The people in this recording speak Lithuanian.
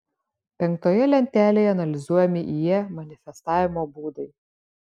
penktoje lentelėje analizuojami ie manifestavimo būdai